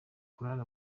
korali